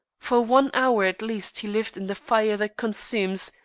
for one hour at least he lived in the fire that consumes,